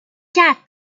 quatre